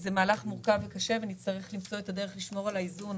זה מהלך מורכב וקשה שבו נצטרך למצוא את הדרך לשמור על האיזון